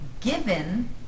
given